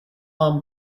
arm